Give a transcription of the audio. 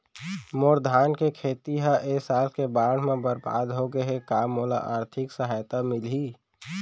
मोर धान के खेती ह ए साल के बाढ़ म बरबाद हो गे हे का मोला आर्थिक सहायता मिलही?